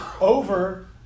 over